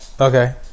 okay